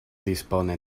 dispone